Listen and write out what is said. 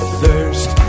thirst